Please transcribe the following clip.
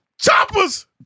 Choppers